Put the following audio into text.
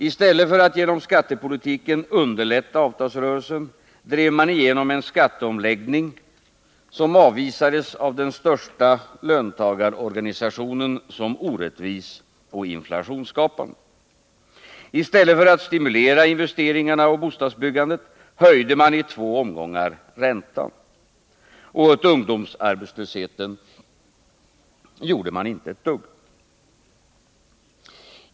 I stället för att genom skattepolitiken underlätta avtalsrörelsen genomdrev man en skatteomläggning för 1980, som avvisades av den största löntagarorganisationen som orättvis och inflationsskapande. I stället för att stimulera investeringarna och bostadsbyggandet höjde man i två omgångar räntan. Och åt ungdomsarbetslösheten gjorde man inte ett dugg.